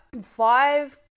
five